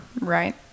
Right